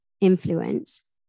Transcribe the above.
influence